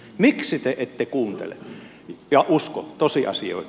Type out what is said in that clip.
miksi te ette kuuntele ja usko tosiasioita